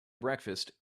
breakfast